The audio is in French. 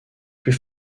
plus